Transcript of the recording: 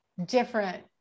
different